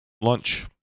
lunch